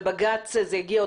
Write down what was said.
וזה יגיע שוב